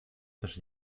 też